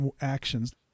actions